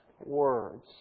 words